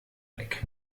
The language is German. weg